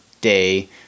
day